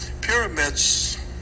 Pyramids